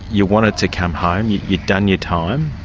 you wanted to come home, you'd you'd done your time.